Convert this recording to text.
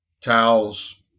towels